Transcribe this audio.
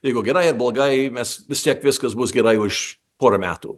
jeigu gerai ar blogai mes vis tiek viskas bus gerai už pora metų